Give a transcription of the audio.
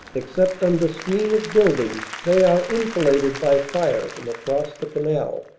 except under screen of buildings they are enfiladed by fire from across the canal.